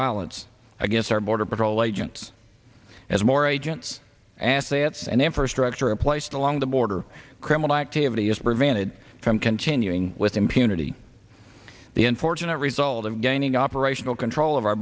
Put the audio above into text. violence against our border patrol agents as more agents assets and infrastructure in place along the border criminal activity is prevented from continuing with impunity the unfortunate result of gaining operational control of our